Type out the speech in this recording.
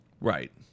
Right